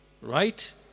right